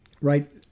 right